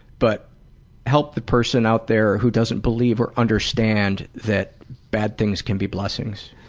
but help the person out there who doesn't believe or understand that bad things can be blessings.